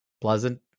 pleasant